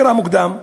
מוקדם בבוקר,